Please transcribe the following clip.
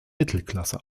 mittelklasse